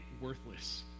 worthless